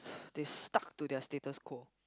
they stuck to their status quo